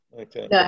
Okay